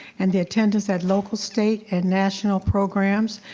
and the attendance at local state and national programs,